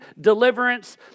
deliverance